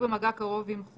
הסתייגות מס' 11